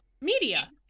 media